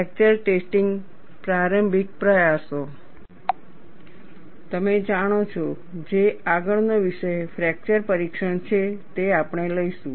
fracture testing પ્રારંભિક પ્રયાસો તમે જાણો છો જે આગળનો વિષય ફ્રેક્ચર પરીક્ષણ છે તે આપણે લઈશું